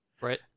Right